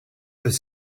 was